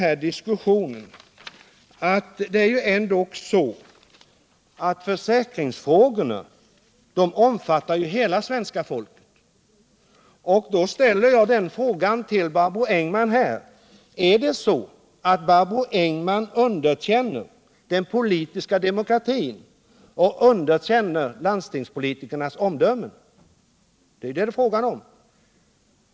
Försäkringsfrågorna omfattar ändock hela det svenska folket, och ringsrätter därför vill jag, efter att ha hört den här diskussionen, fråga Barbro Engman: Är det så att ni underkänner den politiska demokratin och landstingspolitikernas omdöme? Det är ju det det är fråga om.